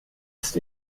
ist